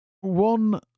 one